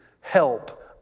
help